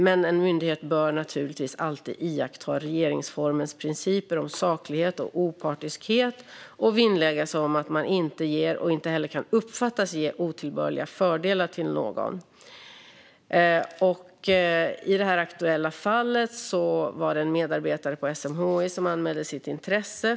Men en myndighet bör naturligtvis alltid iaktta regeringsformens principer om saklighet och opartiskhet och vinnlägga sig om att man inte ger och inte heller kan uppfattas ge otillbörliga fördelar till någon. I det aktuella fallet var det en medarbetare på SMHI som anmälde sitt intresse.